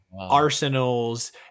Arsenals